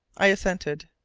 i assented.